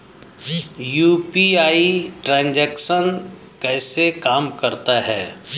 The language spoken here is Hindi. यू.पी.आई ट्रांजैक्शन कैसे काम करता है?